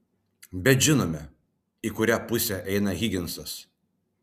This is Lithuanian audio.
bet žinome į kurią pusę eina higinsas